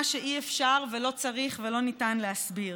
שאי-אפשר ולא צריך ולא ניתן להסביר.